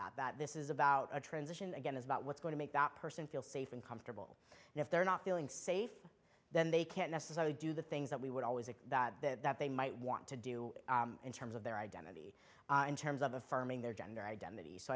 that that this is about a transition again is about what's going to make that person feel safe and comfortable and if they're not feeling safe then they can't necessarily do the things that we would always say that that that they might want to do in terms of their identity in terms of affirming their gender identity so